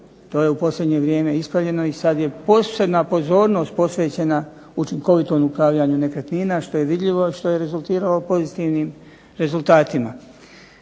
To je u posljednje vrijeme ispravljano i sada je posebna pozornost posvećena učinkovitom upravljanju nekretnina što je vidljivo, što je rezultiralo pozitivnim rezultatima.